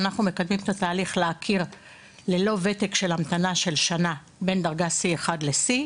אנחנו מקדמים את התהליך להכיר ללא ותק של המתנה של שנה בין דרגה C1 ל-C,